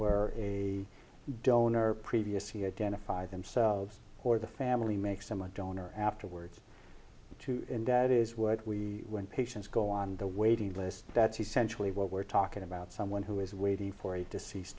we're a donor previously identify themselves or the family makes them a donor afterwords to that is what we when patients go on the waiting list that's essentially what we're talking about someone who is waiting for a deceased